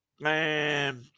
Man